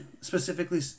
specifically